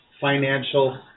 financial